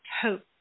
hope